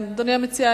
אדוני המציע,